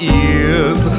ears